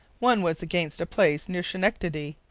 one was against a place near schenectady,